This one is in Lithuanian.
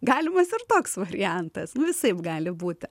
galimas ir toks variantas visaip gali būti